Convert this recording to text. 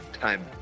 time